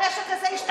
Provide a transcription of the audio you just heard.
הנשק הזה,